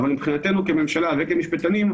אבל מבחינתנו כממשלה וכמשפטנים,